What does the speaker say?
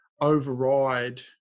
override